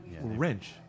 Wrench